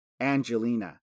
Angelina